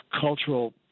cultural